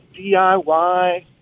DIY